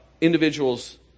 individuals